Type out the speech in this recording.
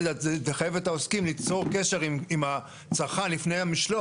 הקניות באמצעות משלוח דורש גם ממך הרבה יתר עלויות,